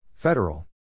Federal